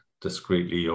discreetly